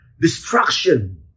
destruction